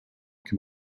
can